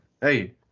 Hey